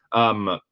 um,